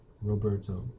roberto